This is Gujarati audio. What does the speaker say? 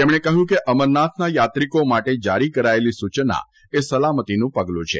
તેમણે કહ્યું છે કે અમરનાથના યાત્રિકો માટે જારી કરાયેલી સૂચના એ સલામતિનું પગલું છે